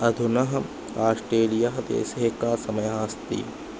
अधुना आष्ट्रेलिया देशे कः समयः अस्ति